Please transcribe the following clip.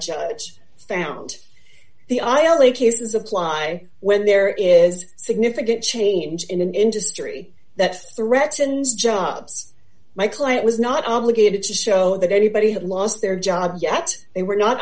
judge found the i only cases apply when there is significant change in an industry that threatens jobs my client was not obligated to show that anybody had lost their jobs yet they were not